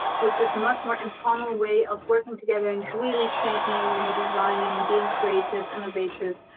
which is much more informal way of working together and really shaping and designing, being creative, innovative,